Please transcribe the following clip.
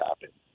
happen